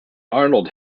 arnold